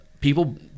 people